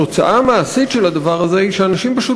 התוצאה המעשית של השבר הזה היא שאנשים פשוט